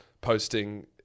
posting